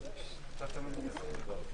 הישיבה ננעלה בשעה